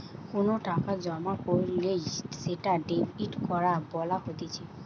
কোনো টাকা জমা কইরলে সেটা ডেবিট করা বলা হতিছে